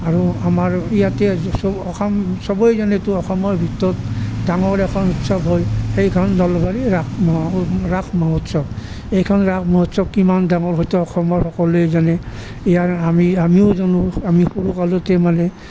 আৰু আমাৰ ইয়াতে অসম চবেই জানেতো অসমৰ ভিতৰত ডাঙৰ এখন উৎসৱ হয় সেইখন নলবাৰী ৰাস ৰাস মহোৎসৱ এইখন ৰাস মহোৎসৱ কিমান ডাঙৰ হয়তো অসমৰ সকলোৱেই জানে ইয়াৰ আমি আমিও জানো আমি সৰুকালতে মানে